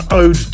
ode